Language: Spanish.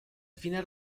finas